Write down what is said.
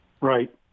Right